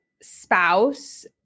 spouse